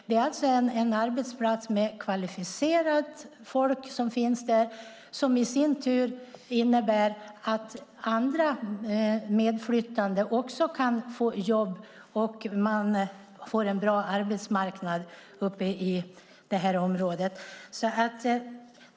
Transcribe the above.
Det är en arbetsplats med kvalificerat folk, vilket i sin tur innebär att andra medflyttande också kan få jobb och man får en bra arbetsmarknad i området.